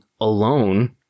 alone